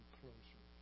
closer